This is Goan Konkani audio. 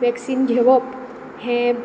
वेकसीन घेवप हें